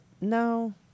No